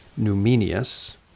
Numenius